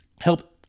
help